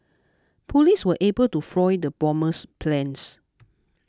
police were able to foil the bomber's plans